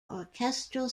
orchestral